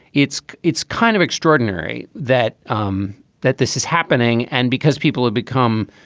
it's it's kind of extraordinary that um that this is happening. and because people have become.